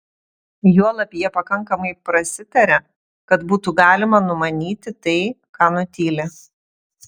juolab jie pakankamai prasitaria kad būtų galima numanyti tai ką nutyli